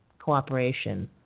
cooperation